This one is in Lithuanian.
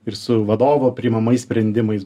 ir su vadovo priimamais sprendimais